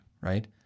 Right